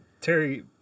Terry